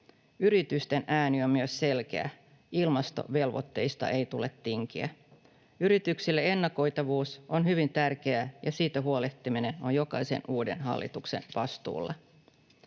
Yritysten ääni on myös selkeä: ilmastovelvoitteista ei tule tinkiä. Yrityksille ennakoitavuus on hyvin tärkeää, ja siitä huolehtiminen on jokaisen uuden hallituksen vastuulla.